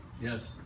Yes